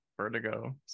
Vertigo